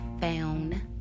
Found